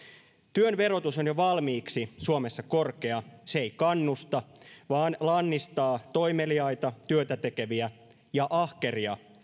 työn verotus on jo valmiiksi suomessa korkea se ei kannusta vaan lannistaa toimeliaita työtä tekeviä ja ahkeria